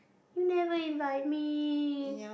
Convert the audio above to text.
you never invite me